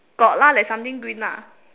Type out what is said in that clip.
got lah there's something green ah